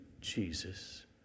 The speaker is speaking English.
Jesus